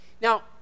Now